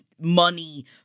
money